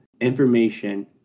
information